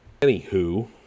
Anywho